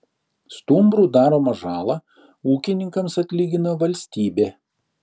stumbrų daromą žalą ūkininkams atlygina valstybė